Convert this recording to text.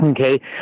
Okay